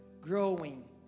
growing